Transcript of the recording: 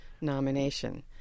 nomination